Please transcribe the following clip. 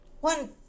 One